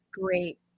great